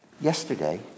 Yesterday